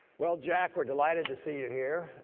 well jack, we're delighted to see you here.